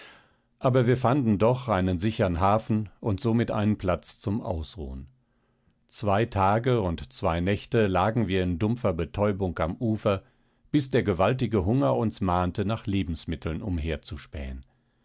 aber wir fanden doch einen sichern hafen und somit einen platz zum ausruhen zwei tage und zwei nächte lagen wir in dumpfer betäubung am ufer bis der gewaltige hunger uns mahnte nach lebensmitteln umherzuspähen